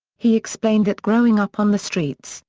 he explained that growing up on the streets,